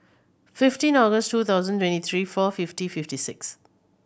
fifteen August two thousand twenty three four fifty fifty six